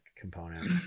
component